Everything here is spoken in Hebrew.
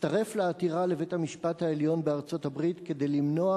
הצטרף לעתירה לבית-המשפט העליון בארצות-הברית כדי למנוע